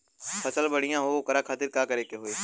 फसल बढ़ियां हो ओकरे खातिर का करे के होई?